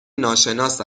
ناشناس